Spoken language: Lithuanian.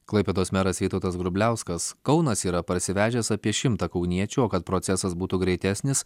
klaipėdos meras vytautas grubliauskas kaunas yra parsivežęs apie šimtą kauniečių o kad procesas būtų greitesnis